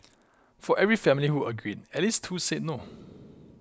for every family who agreed at least two said no